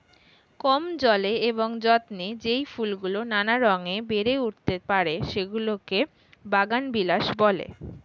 কম জলে এবং যত্নে যেই ফুলগুলো নানা রঙে বেড়ে উঠতে পারে, সেগুলোকে বাগানবিলাস বলে